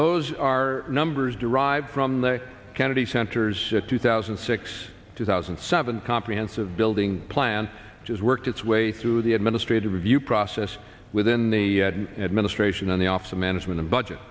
those are numbers derived from the kennedy center's two thousand and six two thousand and seven comprehensive building plan has worked its way through the administrative review process within the administration and the office of management and budget